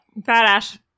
Badass